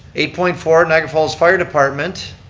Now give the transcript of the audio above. eight point four niagara falls fire department.